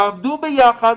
תעבדו ביחד,